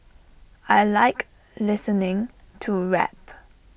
I Like listening to rap